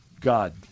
God